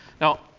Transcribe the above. Now